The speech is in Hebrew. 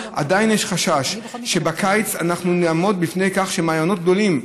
עדיין יש חשש שבקיץ אנחנו נעמוד בפני כך שמעיינות גדולים,